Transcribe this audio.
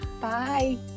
Bye